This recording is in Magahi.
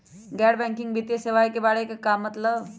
गैर बैंकिंग वित्तीय सेवाए के बारे का मतलब?